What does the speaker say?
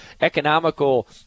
economical